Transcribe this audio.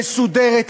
מסודרת,